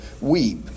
weep